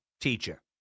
teacher